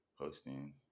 posting